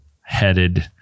headed